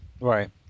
Right